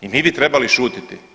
I mi bi trebali šutiti?